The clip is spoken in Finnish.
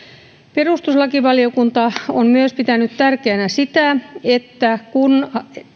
perustuslakivaliokunta on pitänyt tärkeänä myös sitä että kun